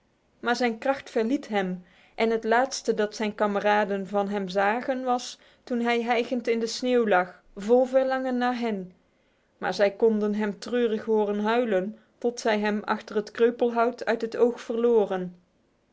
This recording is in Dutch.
maar zijn kracht verliet hem en het laatste dat zijn kameraden van hem zagen was toen hij hijgend in de sneeuw lag vol verlangen naar hen maar zij konden hem treurig horen huilen tot zij hem achter het kreupelhout uit het oog verloren